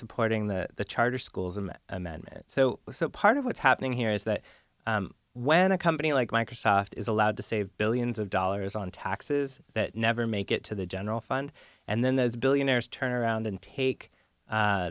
supporting the charter schools in that amendment so part of what's happening here is that when a company like microsoft is allowed to save billions of dollars on taxes that never make it to the general fund and then there's billionaires turn around and take